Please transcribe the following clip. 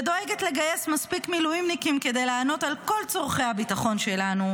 ודואגת לגייס מספיק מילואימניקים כדי לענות על כל צורכי הביטחון שלנו,